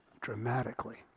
dramatically